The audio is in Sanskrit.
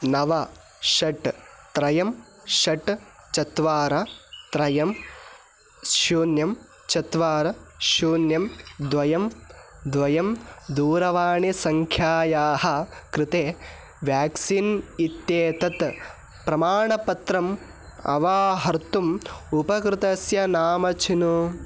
नव षट् त्रयं षट् चत्वारि त्रयं शून्यं चत्वारि शून्यं द्वयं द्वयं दूरवाणीसङ्ख्यायाः कृते व्याक्सीन् इत्येतत् प्रमाणपत्रम् अवाहर्तुम् उपकृतस्य नाम चिनु